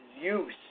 use